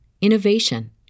innovation